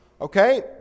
Okay